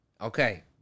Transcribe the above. Okay